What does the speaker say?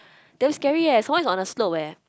damn scary eh some more is on a slope eh